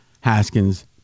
Haskins